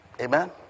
Amen